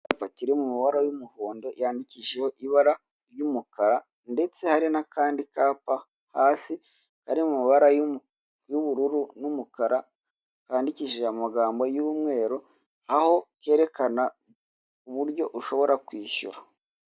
Icyapa kiri mu mabara y'umuhondo yandikishijeho ibara ry'umukara ndetse hari n'akandi kapa hasi kari mu mabara y'ubururu n'umukara handikishije amagambo y'umweru, aho kerekana uburyo ushobora kwishyura.